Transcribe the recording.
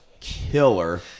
killer